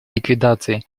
ликвидации